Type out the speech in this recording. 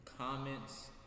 comments